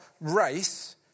race